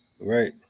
Right